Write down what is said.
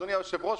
אדוני היושב-ראש,